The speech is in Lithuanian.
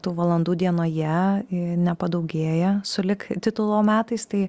tų valandų dienoje nepadaugėja sulig titulo metais tai